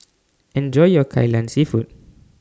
Enjoy your Kai Lan Seafood